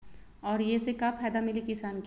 और ये से का फायदा मिली किसान के?